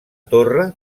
torre